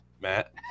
Matt